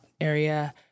area